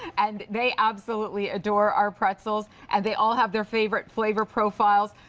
and they absolutely adore our pretzels. and they all have their favorite flavor profile.